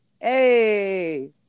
Hey